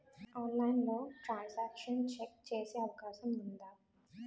ఆన్లైన్లో transaction check చేసే అవకాశం ఉందా?